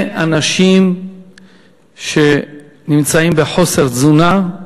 יש הרבה אנשים שנמצאים בחוסר תזונה,